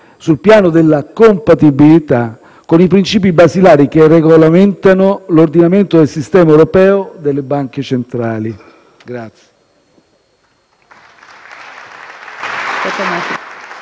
sul piano della compatibilità con i principi basilari che regolamentano l'ordinamento del Sistema europeo delle Banche centrali.